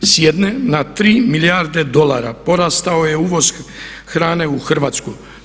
S jedne na tri milijarde dolara porastao je uvoz hrane u Hrvatsku.